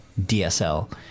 DSL